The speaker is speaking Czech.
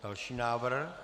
Další návrh.